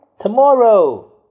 Tomorrow